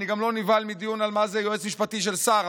אני גם לא נבהל מדיון מה זה יועץ משפטי של שר,